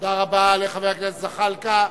תודה רבה לחבר הכנסת זחאלקה.